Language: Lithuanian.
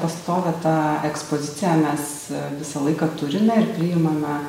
pastovią tą ekspoziciją mes visą laiką turime ir priimame